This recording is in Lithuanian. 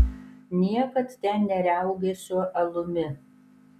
niekad ten neriaugėsiu alumi